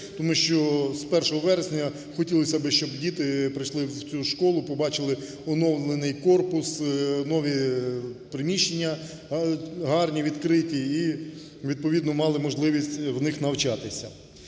тому що з 1 вересня хотілося би, щоб діти прийшли в цю школу, побачили оновлений корпус, нові приміщення, гарні, відкриті і відповідно мали можливість в них навчатися.